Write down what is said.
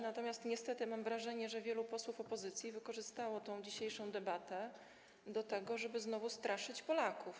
Natomiast niestety mam wrażenie, że wielu posłów opozycji wykorzystało dzisiejszą debatę do tego, żeby znowu straszyć Polaków.